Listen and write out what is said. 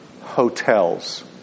hotels